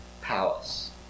palace